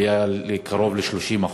עלייה של קרוב ל-30%,